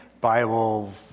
Bible